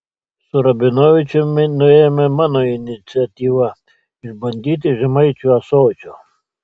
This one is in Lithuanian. su rabinovičiumi nuėjome mano iniciatyva išbandyti žemaičių ąsočio